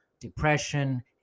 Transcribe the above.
depression